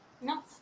No